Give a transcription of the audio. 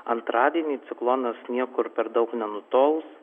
antradienį ciklonas niekur per daug nenutols